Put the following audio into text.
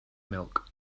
milk